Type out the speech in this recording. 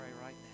right